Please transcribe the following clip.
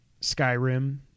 Skyrim